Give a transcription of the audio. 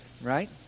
right